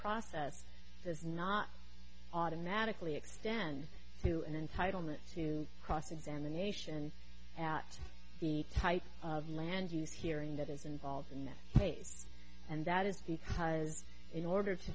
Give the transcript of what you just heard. process does not automatically extend to an entitlement to cross examination at the type of land use hearing that is involved in this case and that is because in order to